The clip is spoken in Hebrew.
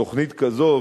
שתוכנית כזו,